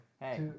Hey